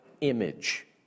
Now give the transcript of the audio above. image